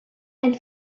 and